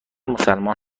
مسلمان